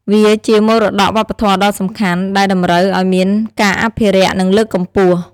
វាជា មរតកវប្បធម៌ដ៏សំខាន់ ដែលតម្រូវឱ្យមានការអភិរក្ស និងលើកកម្ពស់។